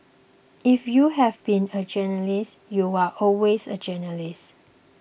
if you have been a journalist you're always a journalist